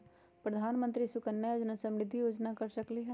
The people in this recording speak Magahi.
प्रधानमंत्री योजना सुकन्या समृद्धि योजना कर सकलीहल?